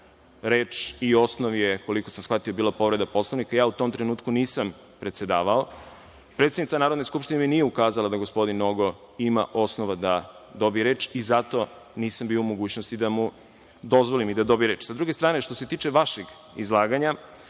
reč i osnov je, koliko sam shvatio, bila povreda Poslovnika, ja u tom trenutku nisam predsedavao. Predsednica Narodne skupštine nije ukazala da gospodin Nogo ima osnova da dobije reč i zato nisam bio u mogućnosti da mu dozvolim da dobije reč. Sa druge strane, što se tiče vašeg izlaganja,